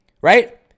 right